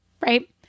Right